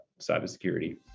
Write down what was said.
cybersecurity